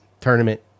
tournament